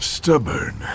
Stubborn